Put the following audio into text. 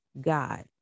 God